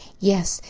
yes,